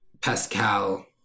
Pascal